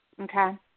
Okay